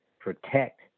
protect